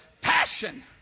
passion